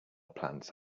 plants